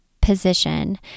position